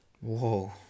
Whoa